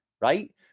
right